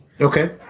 Okay